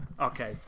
Okay